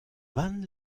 wann